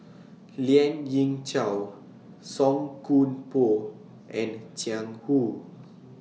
Lien Ying Chow Song Koon Poh and Jiang Hu